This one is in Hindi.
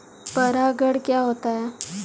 परागण क्या होता है?